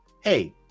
hey